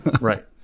Right